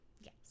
Yes